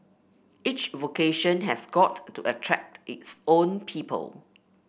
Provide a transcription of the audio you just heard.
each vocation has got to attract its own people